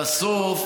בסוף,